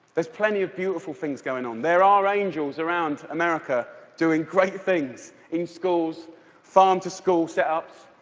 is plenty of beautiful things going on. there are angels around america doing great things in schools farm-to-school set-ups,